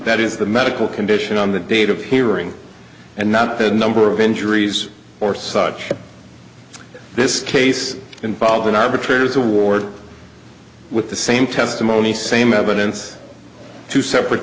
that is the medical condition on the date of hearing and not the number of injuries or such this case involved an arbitrator's award with the same testimony same evidence two separate